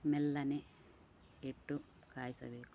ಮೆಲ್ಲನೆ ಇಟ್ಟು ಕಾಯಿಸಬೇಕು